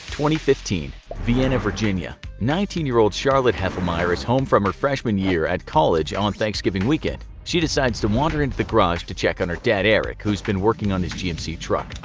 fifteen vienna, virginia nineteen year old charlotte heffelmire is home from her freshman year at college on thanksgiving weekend. she decides to wander into the garage to check on her dad eric, who's been working on his gmc truck.